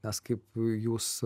nes kaip jūs